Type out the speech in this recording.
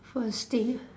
first thing